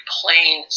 plain